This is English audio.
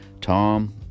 Tom